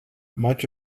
much